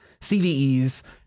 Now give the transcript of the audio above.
CVEs